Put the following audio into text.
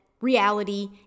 reality